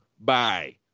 bye